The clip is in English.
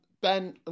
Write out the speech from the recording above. Ben